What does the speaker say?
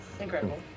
Incredible